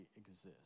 exist